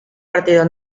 partido